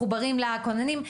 מחוברים לכוננים,